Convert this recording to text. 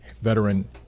veteran